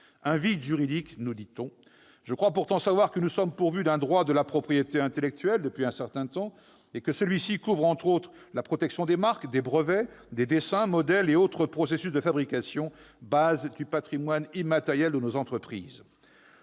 Un vide juridique ? Je crois pourtant savoir que nous sommes pourvus d'un droit de la propriété intellectuelle depuis un certain temps, et que celui-ci couvre, entre autres, la protection des marques, brevets, dessins, modèles et autres processus de fabrication, base du patrimoine immatériel de nos entreprises